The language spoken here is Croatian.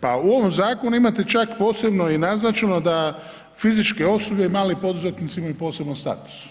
Pa u ovom zakonu imate čak posebno i naznačeno da fizičke osobe i mali poduzetnici imaju poseban status